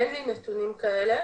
אין לי נתונים כאלה,